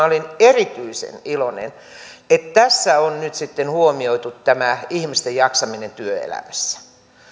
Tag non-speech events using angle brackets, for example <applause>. <unintelligible> olin erityisen iloinen on että tässä on nyt sitten huomioitu tämä ihmisten jaksaminen työelämässä